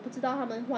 oh that means